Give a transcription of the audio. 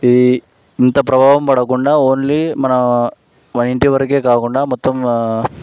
ఈ ఇంత ప్రభావం పడకుండా ఓన్లీ మన మన ఇంటి వరకే కాకుండా మొత్తం